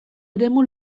eremu